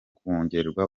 kongererwa